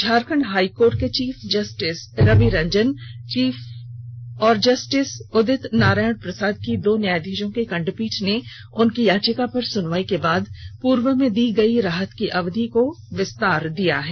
Jharkhand high court के chief justice Ravi Ranjan एवं justice Udit Narayan Prasad की दो न्यायाधीशों की खंडपीठ ने उनकी याचिका पर सुनवाई के बाद पूर्व में दी गई राहत की अवधि को विस्तार दिया है